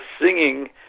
singing